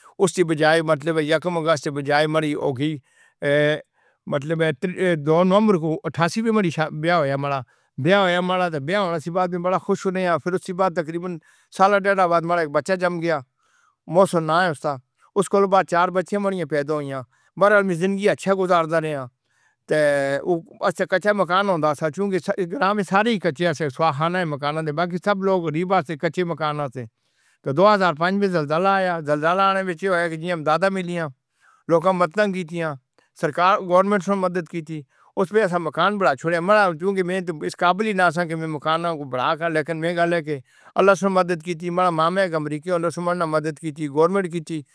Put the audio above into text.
استو بجائے مطلب اے کے یکم اگست توبجائے مڑی ہو گئی اے مطلب اے کے دو نومبر اٹھاسی وچ ماڑا بیاہ ہویا ماڑا، بیاہ ہویا ماڑا تے بیاہ ہونے سے بعد اسساں بڑے خوش رئے آں، استو بعد تقریباً سالا ڈیڈا بعد ماڑا بچہ جم گیا، محسن نام اے اسدا۔ اس کو لو بعد چار بچیاں ماڑی پیدہ ہویاں، برحال میں زندگی اچھا گزار دا رہے آں۔ تے! اسے کچا مکان ہوندا سا چونکے اتھے گراں وچ سارے ای کچیا یا سے سوا خاناں دے مکان آں دے باقی سب لوگ غریب آسے، کچے مکان آسے۔ تے دو ہزار پنج وچ زلزلہ آیا تے زلزلے آنے وچ یو ہویا کے جیڑیاں امداداں ملی آں، لوکاں مدداں کیتیاں، سرکار، گورنمنٹ شو مدد کی تی، اس وچ اسساں مکان بڑھائی شوریا۔ کیوں کے میں تے اس قابل ای نا ساں کے میں مکان آ بڑھا کے مگر اے گل اے کے، اللہ اس ویلے مدد کی تی۔ ماڑا اک ماما امریکہ ہوندا اے اننے مدد کی تی، گورنمٹ کی تی۔